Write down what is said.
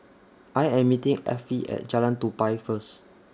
I Am meeting Affie At Jalan Tupai First